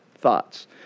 thoughts